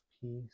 peace